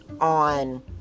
on